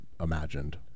Imagined